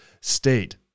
state